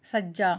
ਸੱਜਾ